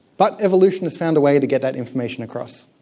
but evolution has found a way to get that information across.